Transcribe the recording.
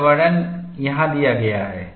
यह वर्णन यहाँ दिया गया है